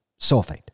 sulfate